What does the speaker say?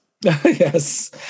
Yes